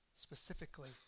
specifically